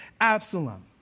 Absalom